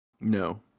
No